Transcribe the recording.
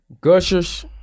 gushers